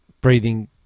breathing